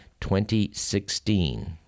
2016